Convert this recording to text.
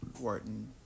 Wharton